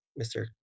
Mr